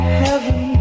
heaven